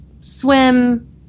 swim